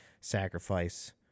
sacrifice